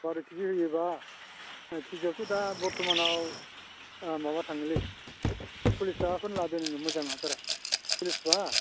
बार' खेजि होयोबा केजियावथ' दा बर्थमानाव माबा थाङोलै सरलिस थाखाखौनो लादो नोङो मोजां हासारा सरलिस बा